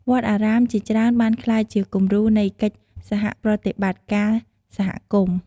វត្តអារាមជាច្រើនបានក្លាយជាគំរូនៃកិច្ចសហប្រតិបត្តិការសហគមន៍។